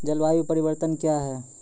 जलवायु परिवर्तन कया हैं?